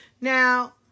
Now